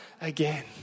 again